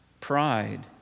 Pride